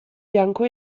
bianco